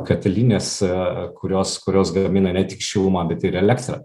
katilines kurios kurios gamina ne tik šilumą bet ir elektrą